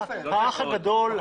האח הגדול,